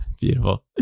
Beautiful